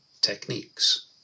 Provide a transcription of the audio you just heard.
techniques